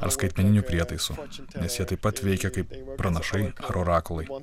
ar skaitmeninių prietaisų nes jie taip pat veikia kaip pranašai ar orakulai